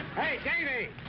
hey,